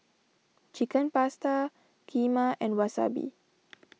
Chicken Pasta Kheema and Wasabi